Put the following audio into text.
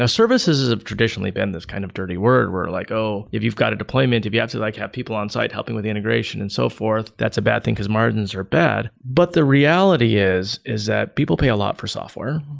ah services is traditionally been this kind of dirty word, where like, oh, if you've got a deployment, if you have so like have people on-site helping with the integration and so forth, that's a bad thing, because margins are bad, but the reality is, is that people pay a lot for software.